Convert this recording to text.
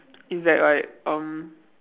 is that like um